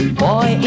boy